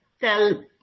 tell